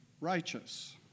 righteous